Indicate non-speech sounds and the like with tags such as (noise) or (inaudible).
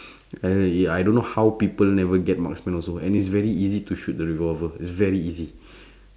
(breath) and then ya I don't know how people never get marksman also and it's very easy to shoot the revolver it's very easy (breath)